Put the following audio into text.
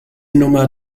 nummer